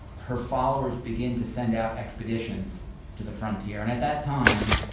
her followers begin to send out expeditions to the frontier, and at that time,